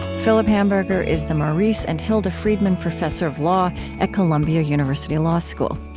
philip hamburger is the maurice and hilda friedman professor of law at columbia university law school.